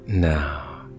Now